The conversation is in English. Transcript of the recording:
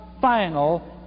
final